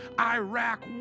Iraq